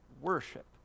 worship